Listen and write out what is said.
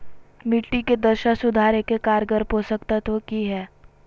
मिट्टी के दशा सुधारे के कारगर पोषक तत्व की है?